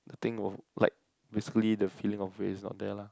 the thing of like basically the feeling of weight is not there lah